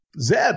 zeb